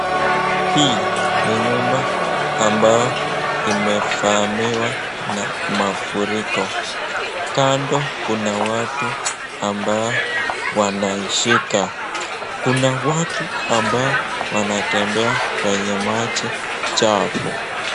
Hii ni nyumba ambao imefamiwa na mafuriko, kando kuna watu ambao wanashika , kuna watu ambao wanatembea kwenye maji chafu.